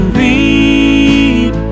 read